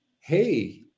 Hey